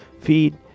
feed